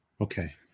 Okay